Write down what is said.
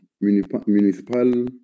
municipal